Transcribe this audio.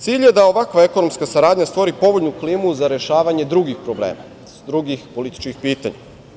Cilj je da ovakva ekonomska saradnja stvori povoljnu klimu za rešavanje drugih problema, drugih političkih pitanja.